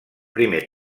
primer